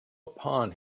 upon